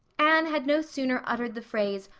anne had no sooner uttered the phrase,